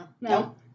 No